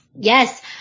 Yes